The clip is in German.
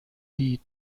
die